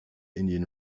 indian